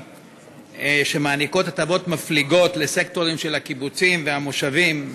שמעניקות הטבות מפליגות לסקטורים של הקיבוצים והמושבים,